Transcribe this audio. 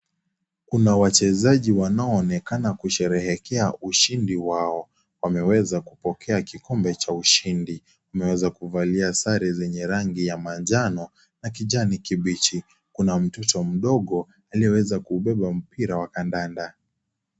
Kuna wachezaji wanaoonekana kusheherekea ushindi wao. Wameweza kupokea kikombe cha ushindi. Wameweza kuvalia sare zenye rangi ya manjano na kijani kibichi. Kuna mtoto mdogo aliyeweza kuubeba mpira wa kandanda.